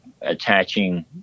attaching